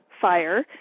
Fire